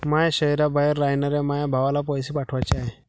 माया शैहराबाहेर रायनाऱ्या माया भावाला पैसे पाठवाचे हाय